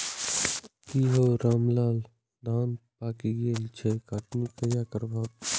की हौ रामलाल, धान तं पाकि गेल छह, कटनी कहिया करबहक?